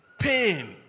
Pain